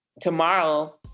Tomorrow